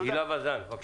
הילה וזאן, בבקשה.